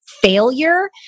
failure